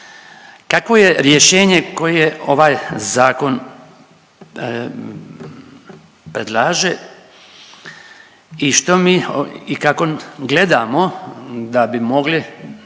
Kakvo je rješenje koje ovaj zakon predlaže i što mi i kako gledamo da bi mogli